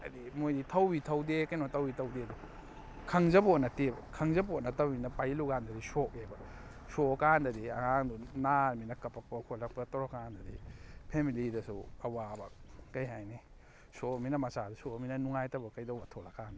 ꯍꯥꯏꯕꯗꯤ ꯃꯣꯏꯗꯤ ꯊꯧꯏ ꯊꯧꯗꯦ ꯀꯩꯅꯣ ꯇꯧꯏ ꯇꯧꯗꯦꯗꯣ ꯈꯪꯖꯄꯣꯠ ꯅꯠꯇꯦꯕ ꯈꯪꯖꯄꯣꯠ ꯅꯠꯇꯕꯅꯤꯅ ꯄꯥꯏꯁꯤꯜꯂꯨꯕ ꯀꯥꯟꯗꯗꯤ ꯁꯣꯛꯑꯦꯕ ꯁꯣꯛꯑ ꯀꯥꯟꯗꯗꯤ ꯑꯉꯥꯡꯗꯨ ꯅꯥꯔꯃꯤꯅ ꯀꯞꯂꯛꯄ ꯈꯣꯠꯂꯛꯄ ꯇꯧꯔ ꯀꯥꯟꯗꯗꯤ ꯐꯦꯃꯤꯂꯤꯗꯁꯨ ꯑꯋꯥꯕ ꯀꯔꯤ ꯍꯥꯏꯅꯤ ꯁꯣꯛꯑꯃꯤꯅ ꯃꯆꯥꯗꯨ ꯁꯣꯛꯑꯃꯤꯅ ꯅꯨꯡꯉꯥꯏꯇꯕ ꯀꯩꯗꯧꯕ ꯊꯣꯛꯂꯛ ꯀꯥꯟꯗ